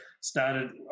started